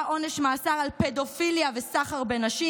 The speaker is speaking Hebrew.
עונש מאסר על פדופיליה וסחר בנשים,